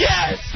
Yes